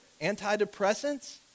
Antidepressants